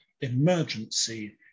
emergency